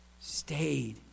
Stayed